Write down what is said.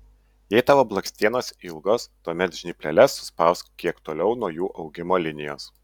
jei tavo blakstienos ilgos tuomet žnypleles suspausk kiek toliau nuo jų augimo linijos